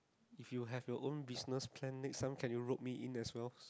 if you have your own business plan next time can you rob me in as well